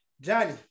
Johnny